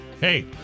Hey